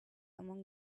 among